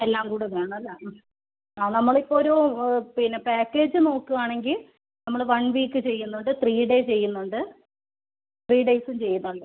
എല്ലാം കൂടെ വേണം അല്ലേ ആ നമ്മളിപ്പോൾ ഒരു പിന്നെ പാക്കേജ് നോക്കുകയാണെങ്കിൽ നമ്മൾ വൺ വീക്ക് ചെയ്യുന്നുണ്ട് ത്രീ ഡേ ചെയ്യുന്നുണ്ട് ത്രീ ഡേയ്സും ചെയ്യുന്നുണ്ട്